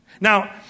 Now